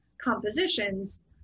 compositions